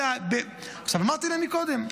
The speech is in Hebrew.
אמרתי להם מקודם,